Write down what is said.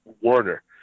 Warner